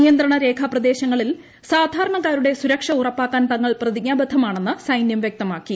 നിയന്ത്രണ രേഖ പ്രദേശങ്ങളിൽ സാധാരണക്കാരുടെ സുരക്ഷ ഉറപ്പാക്കാൻ തങ്ങൾ പ്രതിജ്ഞാ ബദ്ധമാണെന്ന് സൈന്യം വൃക്തമാക്കി